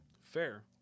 Fair